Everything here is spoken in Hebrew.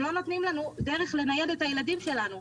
לא נותנים לנו דרך לנייד את הילדים שלנו.